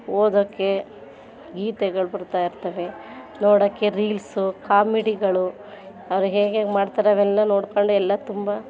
ಓದೋಕೆ ಗೀತೆಗಳು ಬರ್ತಾಯಿರ್ತವೆ ನೋಡೋಕೆ ರೀಲ್ಸು ಕಾಮಿಡಿಗಳು ಅವ್ರು ಹೇಗೆ ಹೇಗೆ ಮಾಡ್ತಾರೋ ಅವೆಲ್ಲ ನೋಡಿಕೊಂಡು ಎಲ್ಲ ತುಂಬ